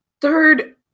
third